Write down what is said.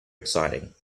exciting